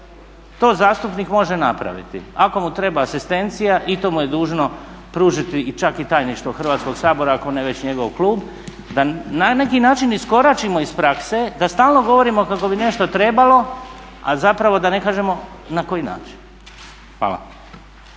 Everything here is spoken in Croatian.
to zastupnik može napraviti. Ako mu treba asistencija i to mu je dužno pružiti čak i tajništvo Hrvatskog sabora ako ne već njegov klub da na njegov način iskoračimo iz prakse, da stalno govorimo kako bi nešto trebalo, a zapravo da ne kažemo na koji način. Hvala.